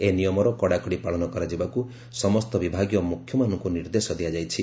ଏହି ନିୟମର କଡ଼ାକଡ଼ି ପାଳନ କରାଯିବାକୁ ସମସ୍ତ ବିଭାଗୀୟ ମୁଖ୍ୟମାନଙ୍କୁ ନିର୍ଦ୍ଦେଶ ଦିଆଯାଇଛି